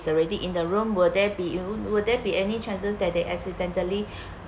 already in the room will there be will there be any chances that they accidentally